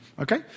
Okay